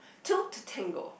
two to tango